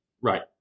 Right